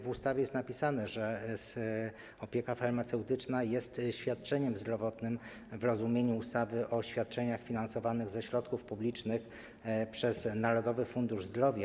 W ustawie jest napisane, że opieka farmaceutyczna jest świadczeniem zdrowotnym w rozumieniu ustawy o świadczeniach finansowanych ze środków publicznych przez Narodowy Fundusz Zdrowia.